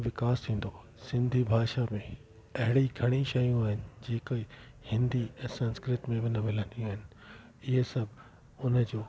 विकास थींदो सिंधी भाषा में अहिड़ी घणी शयूं आहिनि जेके हिंदी ऐं संस्कृति में वञे मिलंदी आहिनि इहे सभु हुन जो